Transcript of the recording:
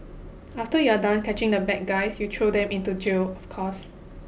after you are done catching the bad guys you throw them into jail of course